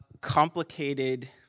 complicated